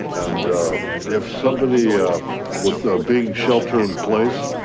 and if somebody was being sheltered in place,